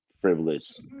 frivolous